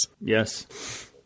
Yes